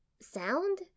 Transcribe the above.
Sound